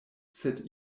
sed